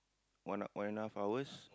one one and a half hours